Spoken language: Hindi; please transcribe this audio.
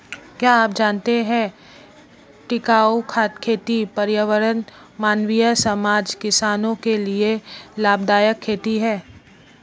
क्या आप जानते है टिकाऊ खेती पर्यावरण, मानवीय समाज, किसानो के लिए लाभदायक खेती है?